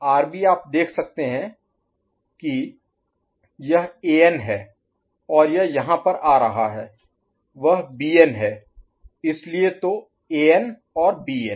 RB आप देख सकते हैं कि यह एन है और यह यहाँ पर आ रहा है वह बीएन है इसलिए तो एन और बीएन